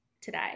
today